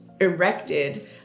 erected